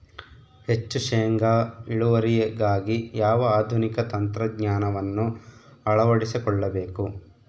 ಹೆಚ್ಚು ಶೇಂಗಾ ಇಳುವರಿಗಾಗಿ ಯಾವ ಆಧುನಿಕ ತಂತ್ರಜ್ಞಾನವನ್ನು ಅಳವಡಿಸಿಕೊಳ್ಳಬೇಕು?